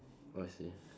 oh I see